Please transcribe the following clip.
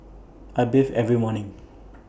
I bathe every morning